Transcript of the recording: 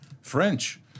French